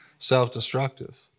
self-destructive